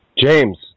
James